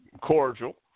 cordial